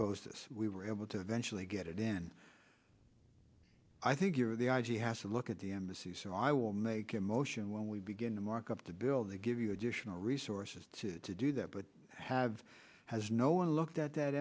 this we were able to eventually get it in i think the i g has to look at the embassy so i will make a motion when we begin to mark up the bill they give you additional resources to do that but have has no one looked at that